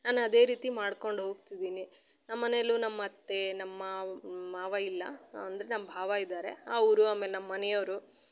ನಾನು ಅದೇ ರೀತಿ ಮಾಡ್ಕೊಂಡು ಹೋಗ್ತಿದ್ದೀನಿ ನಮ್ಮ ಮನೇಲ್ಲು ನಮ್ಮ ಅತ್ತೆ ನಮ್ಮ ಮಾವ ಮಾವ ಇಲ್ಲ ಅಂದ್ರೆ ನಮ್ಮ ಭಾವ ಇದ್ದಾರೆ ಅವರು ಆಮೇಲೆ ನಮ್ಮ ಮನೆಯವರು